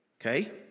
okay